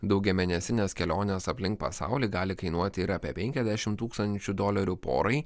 daugiamėnesinės kelionės aplink pasaulį gali kainuoti ir apie penkiasdešimt tūkstančių dolerių porai